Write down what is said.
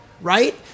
Right